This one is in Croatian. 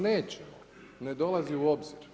Nećemo, ne dolazi u obzir.